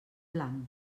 blanc